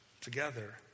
together